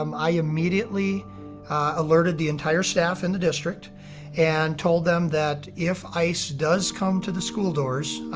um i immediately alerted the entire staff in the district and told them that if ice does come to the school doors,